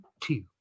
Two